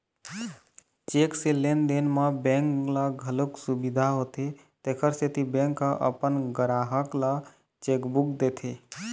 cheque से लेन देन म बेंक ल घलोक सुबिधा होथे तेखर सेती बेंक ह अपन गराहक ल चेकबूक देथे